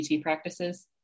practices